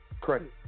Credit